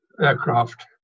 aircraft